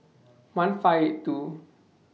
one five eight two